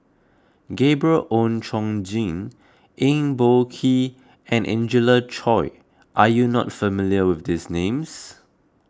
Gabriel Oon Chong Jin Eng Boh Kee and Angelina Choy are you not familiar with these names